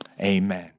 amen